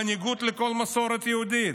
בניגוד לכל מסורת יהודית.